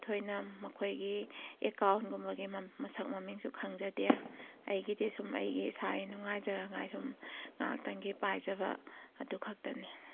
ꯊꯣꯏꯅ ꯃꯈꯣꯏꯒꯤ ꯑꯦꯀꯥꯎꯟꯒꯨꯝꯕꯒꯤ ꯃꯁꯛ ꯃꯃꯤꯡꯁꯨ ꯈꯪꯖꯗꯦ ꯑꯩꯒꯤꯗꯤ ꯁꯨꯝ ꯑꯩꯒꯤ ꯏꯁꯥꯒꯤ ꯅꯨꯡꯉꯥꯏꯖꯅꯉꯥꯏ ꯁꯨꯝ ꯉꯥꯏꯍꯥꯛꯇꯪꯒꯤ ꯄꯥꯏꯖꯕ ꯑꯗꯨꯈꯛꯇꯅꯤ